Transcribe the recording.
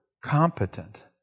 competent